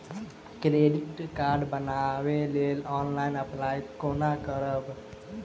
Credit card बनाबै लेल online apply कोना करबै?